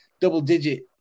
Double-digit